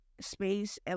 space